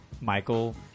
Michael